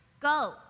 Go